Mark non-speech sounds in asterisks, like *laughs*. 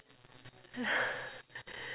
*laughs*